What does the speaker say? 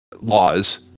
laws